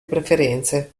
preferenze